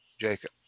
Jacob